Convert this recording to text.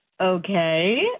Okay